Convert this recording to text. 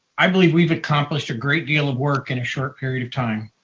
i believe we've accomplished a great deal of work in a short period of time.